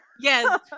yes